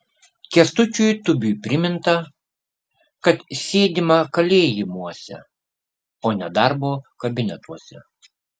kęstučiui tubiui priminta kad sėdima kalėjimuose o ne darbo kabinetuose